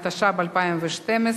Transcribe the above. התשע"ב 2012,